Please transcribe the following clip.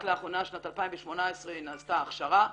רק לאחרונה בשנת 2018 נעשתה הכשרה,